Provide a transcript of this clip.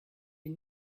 une